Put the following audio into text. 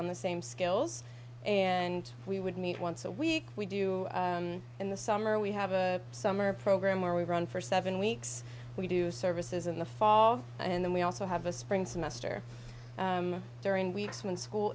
on the same skills and we would meet once a week we do in the summer we have a summer program where we run for seven weeks we do services in the fall and then we also have a spring semester during weeks when school